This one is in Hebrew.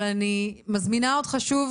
אבל אני מזמינה אותך שוב,